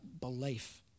belief